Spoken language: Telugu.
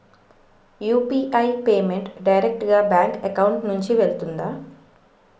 యు.పి.ఐ పేమెంట్ డైరెక్ట్ గా బ్యాంక్ అకౌంట్ నుంచి వెళ్తుందా?